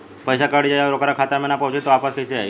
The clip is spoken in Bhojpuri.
पईसा कट जाई और ओकर खाता मे ना पहुंची त वापस कैसे आई?